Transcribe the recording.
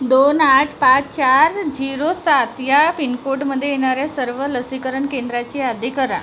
दोन आठ पाच चार झिरो सात या पिनकोडमध्ये येणाऱ्या सर्व लसीकरण केंद्राची यादी करा